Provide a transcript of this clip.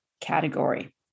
category